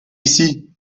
ici